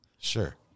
Sure